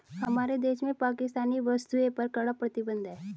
हमारे देश में पाकिस्तानी वस्तुएं पर कड़ा प्रतिबंध हैं